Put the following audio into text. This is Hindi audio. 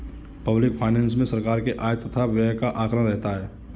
पब्लिक फाइनेंस मे सरकार के आय तथा व्यय का आकलन रहता है